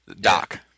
Doc